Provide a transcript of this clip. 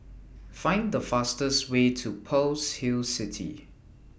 Find The fastest Way to Pearl's Hill City